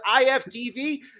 IFTV